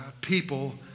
people